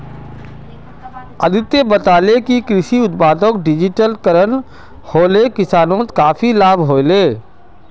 अदित्य बताले कि कृषि उत्पादक डिजिटलीकरण हले किसानक काफी लाभ हले